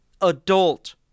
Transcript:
adult